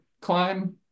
climb